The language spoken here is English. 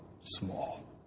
small